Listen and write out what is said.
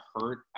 hurt